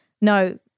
no